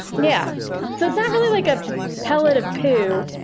yeah so it's not really like a pellet of poo,